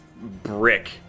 Brick